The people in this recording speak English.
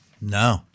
No